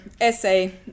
essay